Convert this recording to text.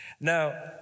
Now